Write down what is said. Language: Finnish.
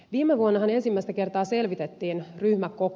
viime vuonnahan ensimmäistä kertaa selvitettiin ryhmäkoko